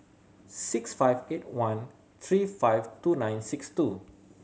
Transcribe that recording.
six five eight one three five two nine six two